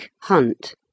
hunt